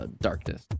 darkness